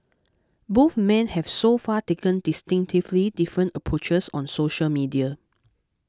both men have so far taken distinctively different approaches on social media